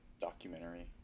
documentary